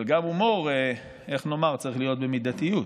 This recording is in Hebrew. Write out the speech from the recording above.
אבל גם הומור, איך לומר, צריך להיות במידתיות.